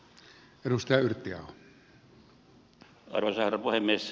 arvoisa herra puhemies